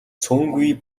цөөнгүй